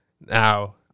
Now